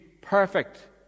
perfect